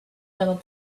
little